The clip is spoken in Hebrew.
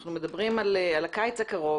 אנחנו מדברים על הקיץ הקרוב,